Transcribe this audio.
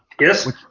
Yes